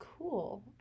Cool